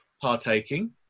partaking